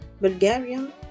Bulgarian